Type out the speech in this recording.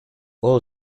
all